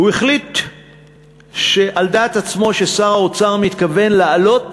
החליט על דעת עצמו ששר האוצר מתכוון להעלות